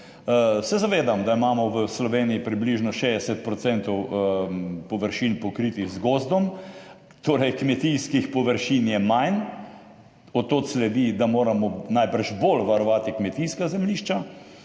zavedam se, da imamo v Sloveniji približno 60 % površin, pokritih z gozdom, torej kmetijskih površin je manj. Od tod sledi, da moramo najbrž bolj varovati kmetijska zemljišča.